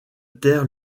terre